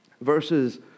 versus